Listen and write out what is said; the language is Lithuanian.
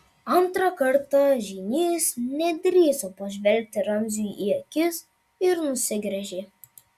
antrą kartą žynys nedrįso pažvelgti ramziui į akis ir nusigręžė